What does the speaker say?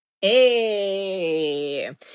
Hey